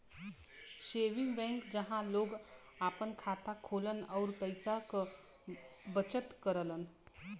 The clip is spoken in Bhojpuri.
सेविंग बैंक जहां लोग आपन खाता खोलन आउर पैसा क बचत करलन